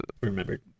remembered